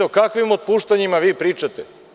O kakvim otpuštanjima vi pričate?